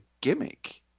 gimmick